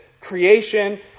creation